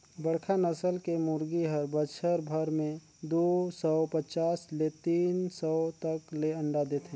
बड़खा नसल के मुरगी हर बच्छर भर में दू सौ पचास ले तीन सौ तक ले अंडा देथे